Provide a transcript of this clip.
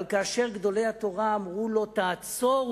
אבל כאשר גדולי התורה היו אומרים לו: תעצור,